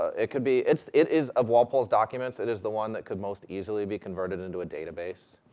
ah it could be, it's, it is, of walpole's documents, it is the one that could most easily be converted into a database,